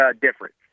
difference